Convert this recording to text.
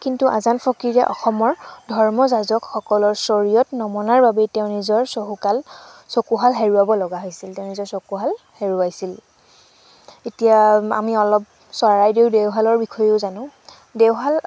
কিন্তু আজান ফকীৰে অসমৰ ধৰ্ম যাজকসকলৰ ছৰীয়ত নমনাৰ বাবেই তেওঁৰ চহুকাল চকুহাল হেৰুৱাব লগা হৈছিল তেওঁ নিজৰ চকুহাল হেৰুৱাইছিল এতিয়া আমি অলপ চৰাইদেউ দেওশালৰ বিষয়েও জানো দেওহাল